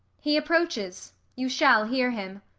he approaches you shall hear him.